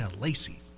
Lacey